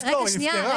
היא נפתרה.